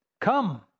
come